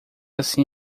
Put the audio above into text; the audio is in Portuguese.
assim